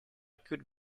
could